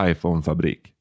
Iphone-fabrik